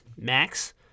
max